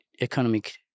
economic